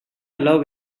allow